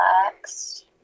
Relaxed